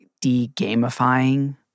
de-gamifying